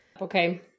Okay